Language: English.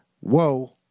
whoa